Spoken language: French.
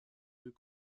deux